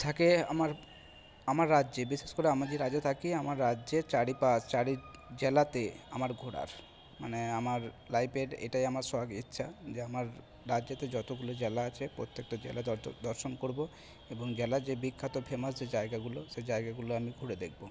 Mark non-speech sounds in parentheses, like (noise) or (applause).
থাকে আমার আমার রাজ্যে বিশেষ করে আমরা যে রাজ্যে থাকি আমার রাজ্যের চারিপাশ চারি জেলাতে আমার ঘোরার মানে আমার লাইফের এটাই আমার শখ ইচ্ছা যে আমার রাজ্যেতে যতোগুলো জেলা আছে প্রত্যেকটা জেলা যত দর্শন করব এবং গ্যালাজে (unintelligible) বিখ্যাত ফেমাস যে জায়গাগুলো সেই জায়গাগুলো আমি ঘুরে দেখবো